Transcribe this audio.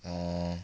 oh